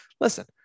Listen